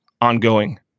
ongoing